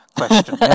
question